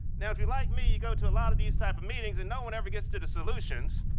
now if you're like me, you go to a lot of these type of meetings and no one ever gets to the solutions.